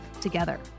together